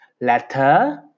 Letter